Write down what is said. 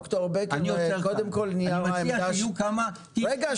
ד"ר בקר -- אני מציע שיהיו כמה --- רגע,